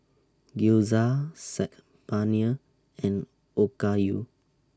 Gyoza Saag Paneer and Okayu